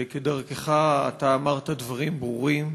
וכדרכך, אתה אמרת דברים ברורים,